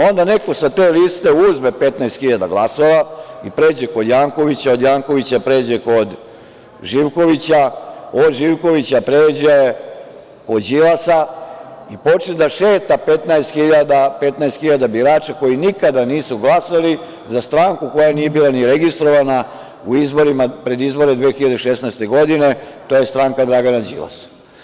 Onda neko sa te liste uzme 15 hiljada glasova i pređe kod Jankovića, od Jankovića pređe kod Živkovića, od Živkovića pređe kod Đilasa i počne da šeta 15 hiljada birača koji nikada nisu glasali za stranku koja nije bila ni registrovana pred izbore 2016. godine, to je stranka Dragana Đilasa.